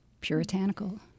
puritanical